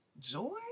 Joy